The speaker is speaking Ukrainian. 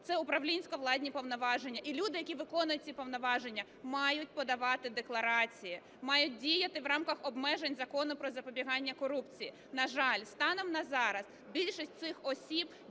Це управлінсько-владні повноваження, і люди, які виконують ці повноваження, мають подавати декларації, мають діяти в рамках обмежень Закону "Про запобігання корупції". На жаль, станом на зараз більшість цих осіб